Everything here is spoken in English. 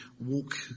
walk